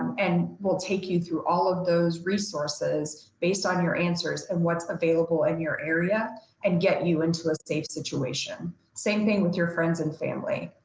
and we'll take you through all of those resources based on your answers and what's available in your area and get you into a safe situation, same thing with your friends and family.